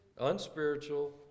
unspiritual